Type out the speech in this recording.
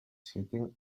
sitting